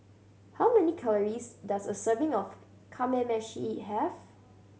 how many calories does a serving of Kamameshi have